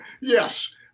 yes